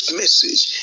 message